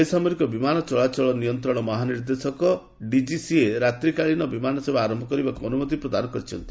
ବେସାମରିକ ବିମାନ ଚଳାଚଳ ନିୟନ୍ତ୍ରଣ ମହାନିର୍ଦ୍ଦେଶକ ଡିଜିସିଏ ରାତ୍ରିକାଳୀନ ବିମାନ ସେବା ଆରମ୍ଭ କରିବାକୁ ଅନୁମତି ପ୍ରଦାନ କରିଛନ୍ତି